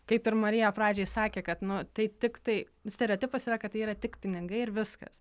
kaip ir marija pradžioj sakė kad nu tai tiktai stereotipas yra kad tai yra tik pinigai ir viskas